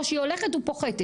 או שהיא הולכת או פוחתת,